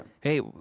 Hey